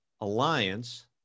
alliance